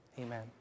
Amen